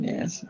Yes